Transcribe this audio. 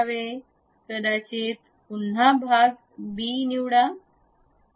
कदाचित पुन्हा भाग बी निवडा